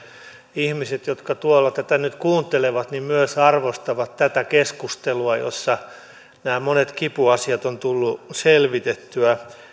ihmiset jotka nyt tätä kuuntelevat myös arvostavat tätä keskustelua jossa monet kipuasiat on tullut selvitettyä